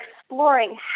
exploring